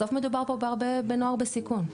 בסוף מדובר בו הרבה בנוער בסיכון.